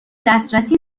دسترسی